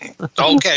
Okay